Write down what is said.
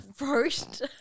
roast